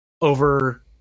over